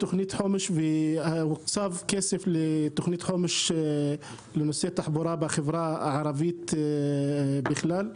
והוקצב כסף לתוכנית חומש לנושא התחבורה בחברה הערבית בכלל,